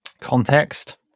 context